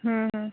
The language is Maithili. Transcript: हुँ हुँ